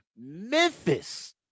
Memphis